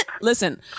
Listen